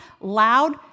loud